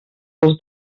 els